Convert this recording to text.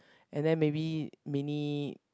and then maybe mini